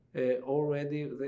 already